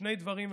שני דברים,